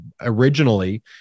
originally